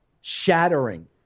shattering